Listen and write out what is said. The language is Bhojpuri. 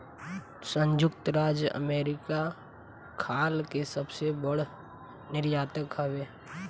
संयुक्त राज्य अमेरिका खाल के सबसे बड़ निर्यातक हवे